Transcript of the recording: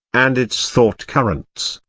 and its thought-currents,